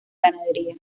ganadería